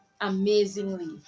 amazingly